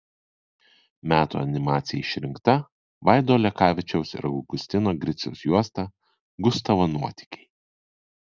metų animacija išrinkta vaido lekavičiaus ir augustino griciaus juosta gustavo nuotykiai